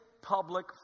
public